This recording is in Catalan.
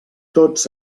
tots